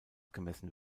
gemessen